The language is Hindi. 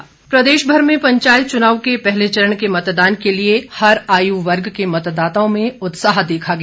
मतदान प्रदेशभर में पंचायत चुनाव के पहले चरण के मतदान के लिए हर आयू वर्ग के मतदाताओं में उत्साह देखा गया